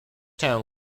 town